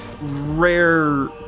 rare